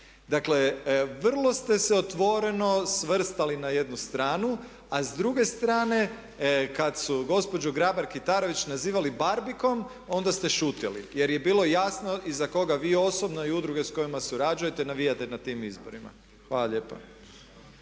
Dakle vrlo ste se otvoreno svrstali na jednu stranu a s druge strane kad su gospođu Grabar Kitarović nazivali barbikom onda ste šutjeli jer je bilo jasno i za koga vi osobno i udruge s kojima surađujete navijate na tim izborima. Hvala lijepa.